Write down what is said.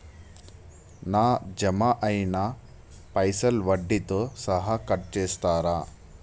నా జమ అయినా పైసల్ వడ్డీతో సహా కట్ చేస్తరా?